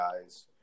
guys